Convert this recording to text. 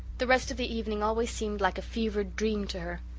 the rest of the evening always seemed like a fevered dream to her.